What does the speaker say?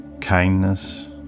kindness